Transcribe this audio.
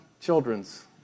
children's